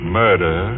murder